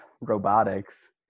robotics